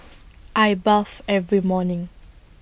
I bath every morning